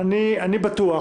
אני בטוח,